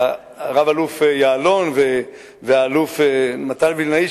רב-אלוף יעלון ואלוף מתן וילנאי,